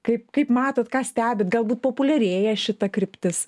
kaip kaip matot ką stebit galbūt populiarėja šita kryptis